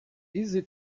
easy